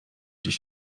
gdzie